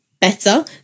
better